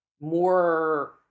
more